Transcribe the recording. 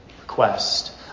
request